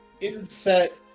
inset